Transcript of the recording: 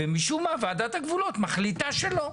ומשום מה ועדת הגבולות מחליטה שלא.